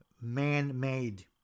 man-made